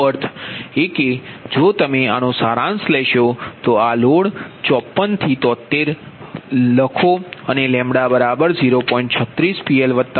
તેનો અર્થ એ કે જો તમે આનો સારાંશ લેશો તો આ લોડ 54 ≤ PL ≤ 73 લખો અને 0